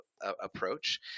approach